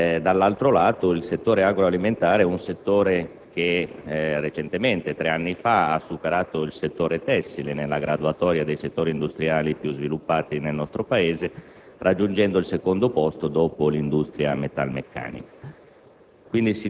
alla Francia. Il settore agroalimentare, tra l'altro, recentemente - tre anni fa - ha superato quello tessile nella graduatoria dei settori industriali più sviluppati nel nostro Paese, raggiungendo il secondo posto dopo l'industria metalmeccanica.